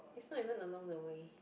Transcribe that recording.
is not even along the way